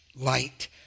light